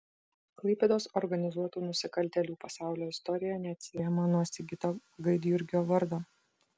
klaipėdos organizuotų nusikaltėlių pasaulio istorija neatsiejama nuo sigito gaidjurgio vardo